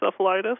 encephalitis